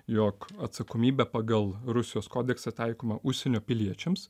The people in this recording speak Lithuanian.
jog atsakomybė pagal rusijos kodeksą taikoma užsienio piliečiams